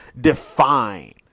define